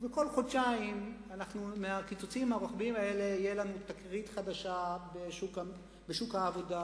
וכל חודשיים מהקיצוצים הרוחביים האלה תהיה לנו תקרית חדשה בשוק העבודה,